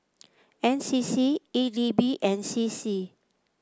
N C C E D B and C C